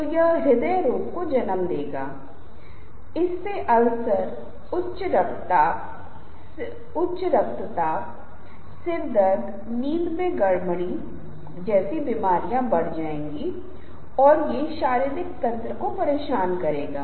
इसलिए अब जब हमने आपकी बॉडी लैंग्वेज के बारे में बात की है तो हमें ऑडियंस की बॉडी लैंग्वेज के बारे में भी बात करनी होगी क्योंकि ऑडियंस वह है जिससे आप बात कर रहे हैं